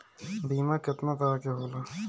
बीमा केतना तरह के होला?